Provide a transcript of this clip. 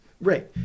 Right